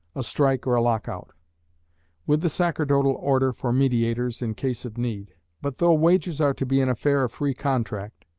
a strike or a lock-out with the sacerdotal order for mediators in case of need. but though wages are to be an affair of free contract,